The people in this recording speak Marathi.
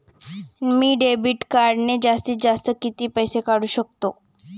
मी डेबिट कार्डने जास्तीत जास्त किती पैसे काढू शकतो?